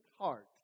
heart